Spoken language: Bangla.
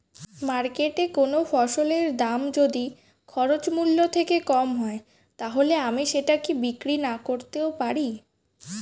মার্কেটৈ কোন ফসলের দাম যদি খরচ মূল্য থেকে কম হয় তাহলে আমি সেটা কি বিক্রি নাকরতেও পারি?